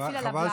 להפעיל עליו לחץ,